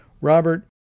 Robert